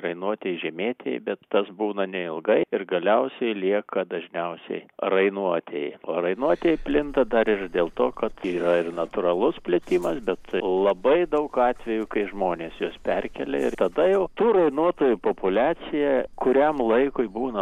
rainuotieji žymėtieji bet tas būna neilgai ir galiausiai lieka dažniausiai rainuotieji o rainuotieji plinta dar ir dėl to kad yra ir natūralus plitimas bet labai daug atvejų kai žmonės juos perkelia ir tada jau tų rainuotųjų populiacija kuriam laikui būna